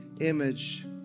image